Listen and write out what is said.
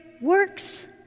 works